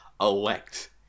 elect